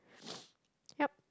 yup